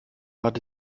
hatte